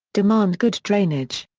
demand good drainage.